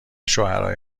شوهرای